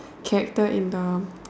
character in the